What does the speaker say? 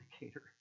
indicator